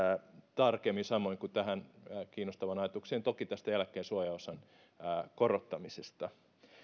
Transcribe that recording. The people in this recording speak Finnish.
tarkemmin samoin kuin toki tähän kiinnostavaan ajatukseen eläkkeen suojaosan korottamisesta